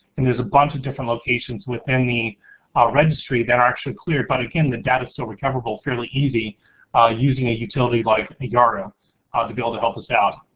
and there's a bunch of different locations within the registry that are actually cleared, but again, the data's still recoverable fairly easy using a utility like yaru ah to be able to help us out.